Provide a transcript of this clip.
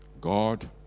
God